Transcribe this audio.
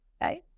right